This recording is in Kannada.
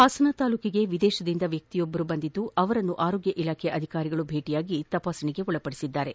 ಹಾಸನ ತಾಲೂಕಿಗೆ ವಿದೇಶದಿಂದ ವ್ಯಕ್ತಿಯೊಬ್ಬರು ಆಗಮಿಸಿದ್ದು ಅವರನ್ನು ಆರೋಗ್ಯ ಇಲಾಖೆ ಅಧಿಕಾರಿಗಳು ಭೇಟಿ ಮಾದಿ ತಪಾಸಣೆಗೆ ಒಳಪಡಿಸಿದ್ದಾರೆ